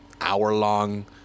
hour-long